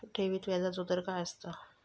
ठेवीत व्याजचो दर काय असता?